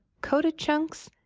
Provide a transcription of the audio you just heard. coated chunks,